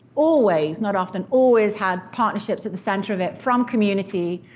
always, not often, always had partnerships at the center of it, from community,